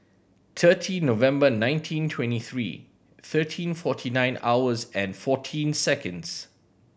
thirty November nineteen twenty three thirteen forty nine hours and fourteen seconds